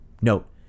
Note